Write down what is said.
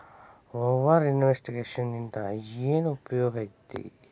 over investing ಇಂದ ಏನ್ ಉಪಯೋಗ ಐತಿ